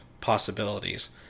possibilities